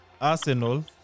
Arsenal